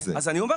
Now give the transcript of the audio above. אני מכיר